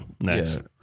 next